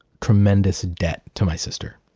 tremendous debt to my sister